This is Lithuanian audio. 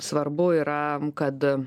svarbu yra kad